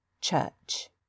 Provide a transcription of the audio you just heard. church